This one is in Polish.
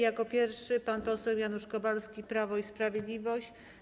Jako pierwszy pan poseł Janusz Kowalski, Prawo i Sprawiedliwość.